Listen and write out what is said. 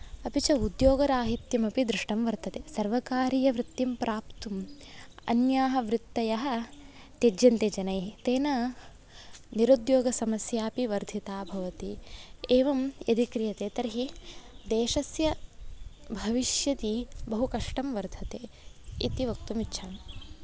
अपि च उद्योगराहित्यमपि दृष्टं वर्तते सर्वकारीयवृत्तिं प्राप्तुं अन्याः वृत्तयः त्यज्यन्ते जनैः तेन निरुद्योगसमस्यापि वर्धिता भवति एवं यदि क्रियते तर्हि देशस्य भविष्यति बहु कष्टं वर्धते इति वक्तुं इच्छामि